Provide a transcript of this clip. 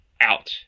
out